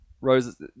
roses